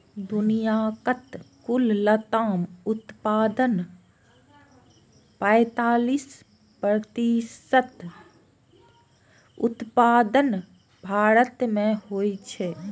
दुनियाक कुल लताम उत्पादनक पैंतालीस प्रतिशत उत्पादन भारत मे होइ छै